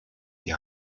die